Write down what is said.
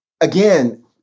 again